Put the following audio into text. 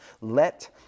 Let